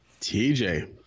TJ